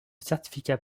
certificat